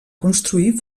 construir